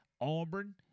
Auburn